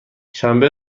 شنبه